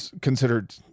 considered